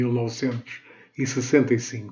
1965